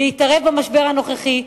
להתערב במשבר הנוכחי,